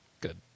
Good